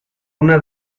una